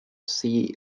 sea